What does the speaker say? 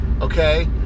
okay